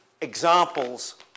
examples